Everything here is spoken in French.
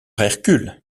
hercule